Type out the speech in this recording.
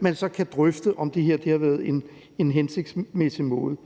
man så kan drøfte, om det her har været en hensigtsmæssig måde.